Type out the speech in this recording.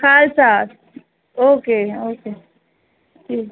خال صا okay okay ٹھیک